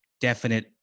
definite